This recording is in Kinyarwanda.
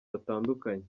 batandukanye